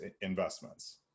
investments